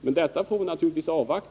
Men